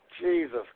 Jesus